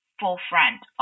forefront